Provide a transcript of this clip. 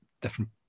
different